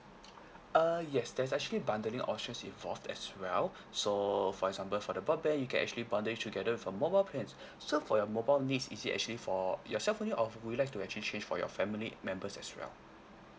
uh yes there's actually bundling options involved as well so for example for the broadband you can actually bundle it together with your mobile plans so for your mobile needs is it actually for yourself only or would you like to actually change for your family members as well